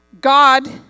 God